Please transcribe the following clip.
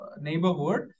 neighborhood